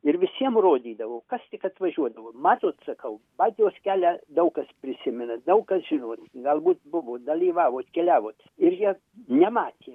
ir visiem rodydavau kas tik atvažiuodavo matot sakau baltijos kelią daug kas prisimena daug kas žino galbūt buvot dalyvavot keliavot ir jie nematė